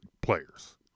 players